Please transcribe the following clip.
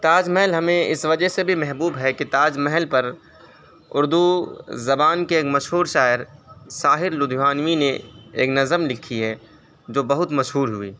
تاج محل ہمیں اس وجہ سے بھی محبوب ہے کہ تاج محل پر اردو زبان کے ایک مشہور شاعر ساحر لدھیانوی نے ایک نظم لکھی ہے جو بہت مشہور ہوئی